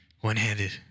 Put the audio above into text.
One-handed